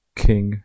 king